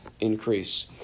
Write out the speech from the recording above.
increase